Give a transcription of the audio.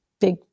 big